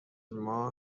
ماه